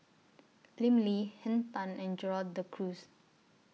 Lim Lee Henn Tan and Gerald De Cruz